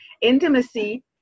Intimacy